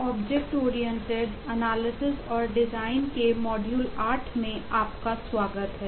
object oriented analysis और design के module 8 में आपका स्वागत है